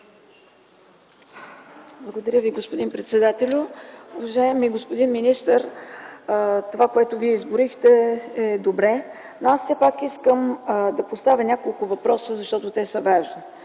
Благодаря Ви, господин председателю. Уважаеми господин министър, това, което Вие изброихте, е добре, но аз все пак искам да поставя няколко въпроса, защото те са важни.